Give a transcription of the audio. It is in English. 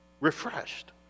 refreshed